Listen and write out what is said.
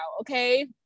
okay